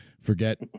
forget